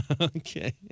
Okay